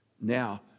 Now